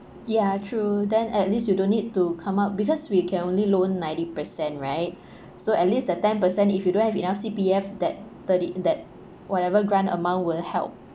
ya true then at least you don't need to come up because we can only loan ninety percent right so at least the ten percent if you don't have enough C_P_F that thirty that whatever grant amount will help